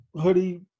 hoodie